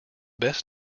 best